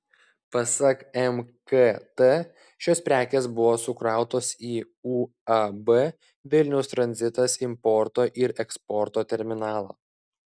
pasak mkt šios prekės buvo sukrautos į uab vilniaus tranzitas importo ir eksporto terminalą